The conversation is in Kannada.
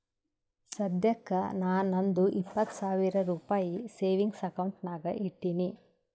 ಸದ್ಯಕ್ಕ ನಾ ನಂದು ಇಪ್ಪತ್ ಸಾವಿರ ರುಪಾಯಿ ಸೇವಿಂಗ್ಸ್ ಅಕೌಂಟ್ ನಾಗ್ ಇಟ್ಟೀನಿ